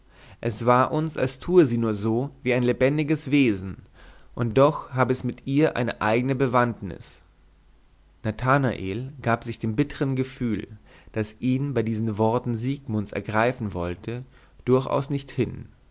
es war uns als tue sie nur so wie ein lebendiges wesen und doch habe es mit ihr eine eigne bewandtnis nathanael gab sich dem bittern gefühl das ihn bei diesen worten siegmunds ergreifen wollte durchaus nicht hin